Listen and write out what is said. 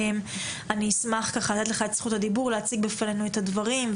אני אשמח לתת לך את זכות הדיבור להציג בפנינו את הדברים,